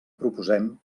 proposem